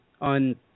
on